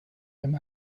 dem